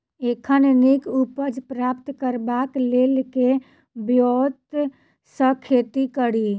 एखन नीक उपज प्राप्त करबाक लेल केँ ब्योंत सऽ खेती कड़ी?